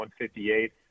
158